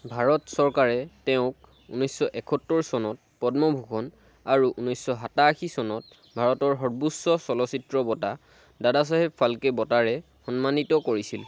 ভাৰত চৰকাৰে তেওঁক ঊনৈছশ এসত্তৰ চনত পদ্মভূষণ আৰু ঊনৈছশ সাতাশী চনত ভাৰতৰ সৰ্বোচ্চ চলচ্চিত্ৰ বঁটা দাদাচাহেব ফাল্কে বঁটাৰে সন্মানিত কৰিছিল